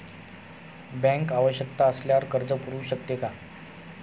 Bank आवश्यकता असल्यावर कर्ज पुरवू शकते का?